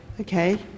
Okay